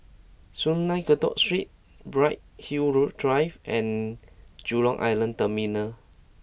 Sungei Kadut Street Bright Hill Drive and Jurong Island Terminal